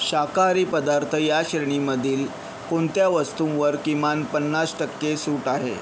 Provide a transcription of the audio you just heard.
शाकाहारी पदार्थ या श्रेणीमधील कोणत्या वस्तूंवर किमान पन्नास टक्के सूट आहे